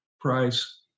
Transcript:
price